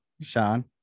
Sean